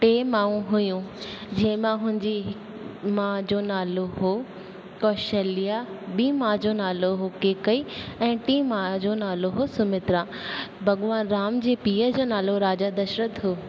टे माउ हुयूं जंहिंमां हुन जी माउ जो नालो हुओ कौशल्या ॿीं माउ जो नालो हुओ केकई ऐं टीं माउ जो नालो हुओ सुमित्रा भॻवानु राम जे पीउ जो नालो राजा दशर्थ हुओ